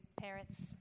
parents